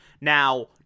Now